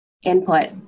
input